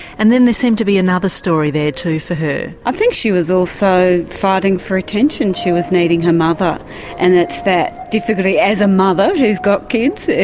and then there seemed to be another story there too for her. i think she was also fighting for attention, she was needing her mother and it's that difficulty as a mother who's got kids,